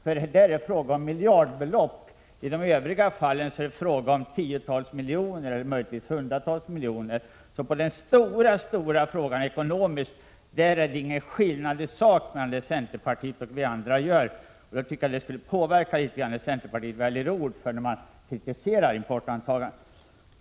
Där är det fråga om miljardbelopp, medan det i övriga fall är fråga om tiotals eller möjligen hundratals miljoner. I den stora frågan är det ekonomiskt sett ingen skillnad mellan det som centerpartiet föreslår och det som vi andra står för. Det borde påverka centerpartiet att välja ord när man kritiserar importantagandet.